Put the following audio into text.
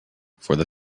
for